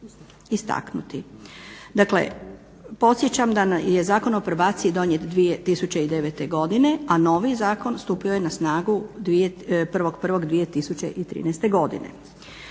dakle podsjećam da je Zakon o probaciji donijet 2009. godine, a novi zakon stupio je na snagu 1.01.2013. godine.